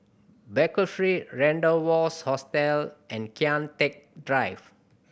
Baker Street Rendezvous Hotel and Kian Teck Drive